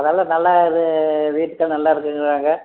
அதெல்லாம் நல்லா இது வீட்டுக்கு நல்லாயிருக்குதுங்களாங்க